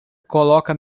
coloca